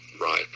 right